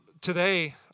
today